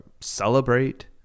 Celebrate